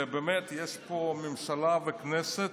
באמת, יש פה ממשלה וכנסת